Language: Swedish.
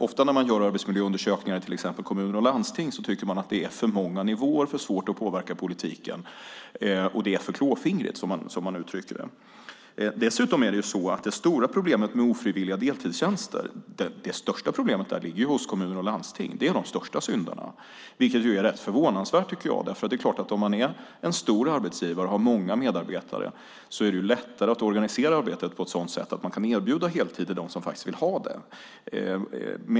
Ofta när man gör arbetsmiljöundersökningar i till exempel kommuner och landsting tycker man där att det är för många nivåer, för svårt att påverka politiken och att det är för klåfingrigt, som man uttrycker det. Dessutom är det stora problemet med ofrivilliga deltidstjänster hos kommuner och landsting. Det är de största syndarna, vilket är rätt förvånansvärt, tycker jag. Om man är en stor arbetsgivare och har många medarbetare är det lättare att organisera arbetet på ett sådant sätt att man kan erbjuda heltid till dem som vill ha det.